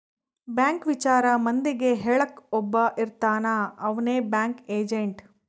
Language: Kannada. ಬ್ಯಾಂಕ್ ವಿಚಾರ ಮಂದಿಗೆ ಹೇಳಕ್ ಒಬ್ಬ ಇರ್ತಾನ ಅವ್ನೆ ಬ್ಯಾಂಕ್ ಏಜೆಂಟ್